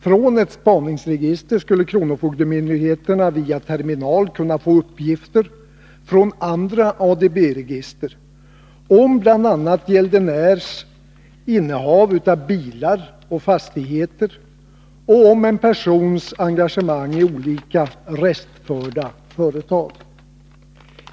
Från ett spaningsregister skulle kronofogdemyndigheterna via terminal kunna få uppgifter från andra ADB-register om bl.a. gäldenärs innehav av bilar och fastigheter och om en persons engagemang olika restförda företag.